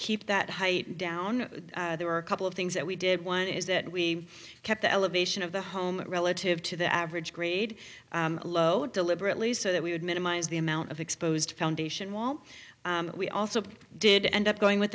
keep that height down there were a couple of things that we did one is that we kept the elevation of the home relative to the average grade deliberately so that we would minimize the amount of exposed foundation while we also did end up going with